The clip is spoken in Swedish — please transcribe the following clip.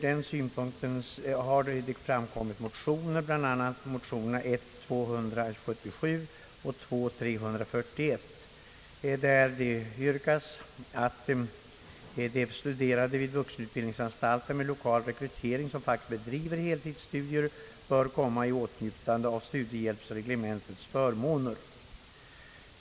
Det har därför väckts motioner, I: 277 och II: 341, där det framhålls »att de studerande vid vuxenutbildningsanstalter med lokal rekrytering som faktiskt bedriver heltidsstudier bör komma i åtnjutande av studiehjälpsreglementets förmåner».